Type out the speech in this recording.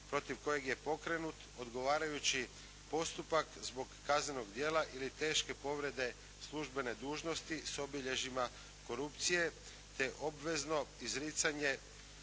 protiv kojeg je pokrenut odgovarajući postupak zbog kaznenog djela ili teške povrede službene dužnosti s obilježjima korupcije te obvezno izricanje